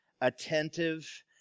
attentive